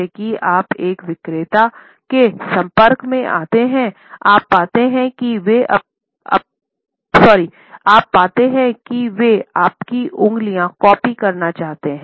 जैसे ही आप एक विक्रेता के संपर्क में आते हैं आप पाते हैं कि वे आपकी उंगलियों कॉपी करना चाहते हैं